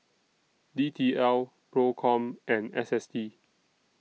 D T L PROCOM and S S T